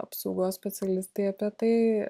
apsaugos specialistai apie tai